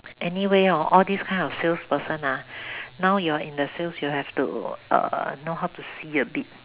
anyway hor all these kind of salesperson ah now you're in the sales you'll have to err know how to see a bit